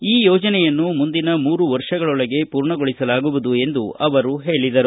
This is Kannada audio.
ಈ ಯೋಜನೆ ಯೋಜನೆಯನ್ನು ಮುಂದಿನ ಮೂರು ವರ್ಷಗಳೊಳಗೆ ಪೂರ್ಣಗೊಳಿಸಲಾಗುವುದು ಎಂದು ಹೇಳಿದರು